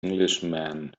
englishman